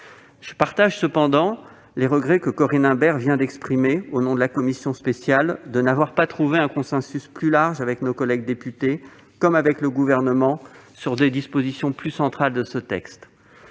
Je partage cependant les regrets que Corinne Imbert vient d'exprimer au nom de la commission spéciale que n'ait pu être trouvé un consensus plus large avec nos collègues députés, comme avec le Gouvernement, sur des dispositions plus centrales de ce texte.